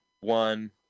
one